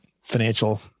financial